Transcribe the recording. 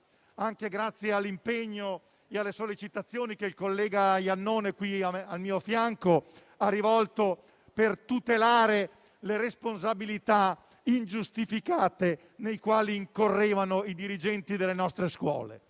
anche grazie all'impegno e alle sollecitazioni che il collega Iannone, qui al mio fianco, ha rivolto per tutelare dalle responsabilità ingiustificate nelle quali incorrevano i dirigenti delle nostre scuole.